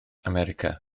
america